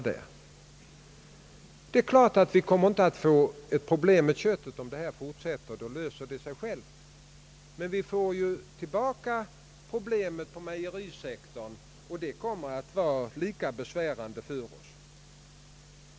Det är klart att vi inte kommer att få problem med köttet, om det här fortsätter. Då löser det aktuella överskottsproblemet sig självt, men vi får tillbaka problemet på mejerisektorn, och det kommer att vara lika besvärande för oss.